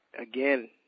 again